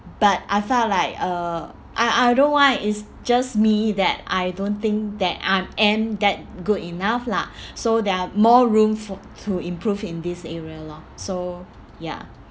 but I felt like uh I I don't know why it's just me that I don't think that I am that good enough lah so there are more room for to improve in this area lor so ya